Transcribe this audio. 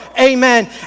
Amen